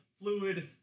fluid